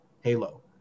halo